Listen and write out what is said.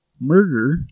murder